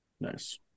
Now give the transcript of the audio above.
Nice